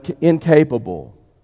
incapable